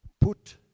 put